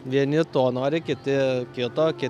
vieni to nori kiti kito kiti